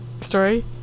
story